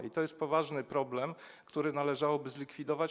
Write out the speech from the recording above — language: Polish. I to jest poważny problem, który należałoby zlikwidować.